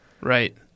Right